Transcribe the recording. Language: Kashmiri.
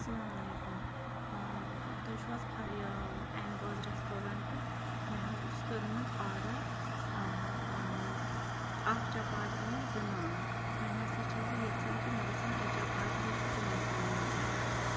اسلامُ علیکُم آ تُہۍ چھِو حظ یہِ ایمگاز ریٚسٹورَنٛٹ پؠٹھ مےٚ حظ اوس کٔرمٕتۍ آرڈر آ آ اَکھ چپاتیٖز زٕ نان وۄنۍ ہسا چھَس بہٕ یژھان کہِ مےٚ گژھان ترٛےٚ چپاتیٖز تہٕ پانٛژ نان میلٕنۍ